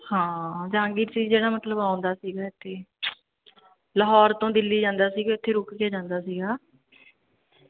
ਹਾਂ ਜਹਾਂਗੀਰ ਸੀ ਜਿਹੜਾ ਮਤਲਬ ਆਉਂਦਾ ਸੀਗਾ ਇੱਥੇ ਲਾਹੌਰ ਤੋਂ ਦਿੱਲੀ ਜਾਂਦਾ ਸੀਗਾ ਇੱਥੇ ਰੁਕ ਕੇ ਜਾਂਦਾ ਸੀਗਾ